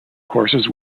courses